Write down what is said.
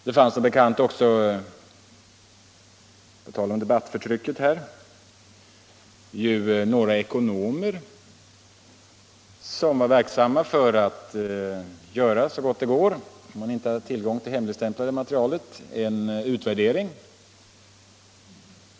Det fanns som bekant också, på tal om debattförtrycket här, några ekonomer som var verksamma för att — så gott det kunde gå när de inte hade tillgång till det hemligstämplade materialet — göra en utvärdering.